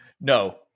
No